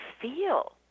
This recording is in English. feel